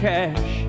Cash